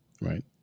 right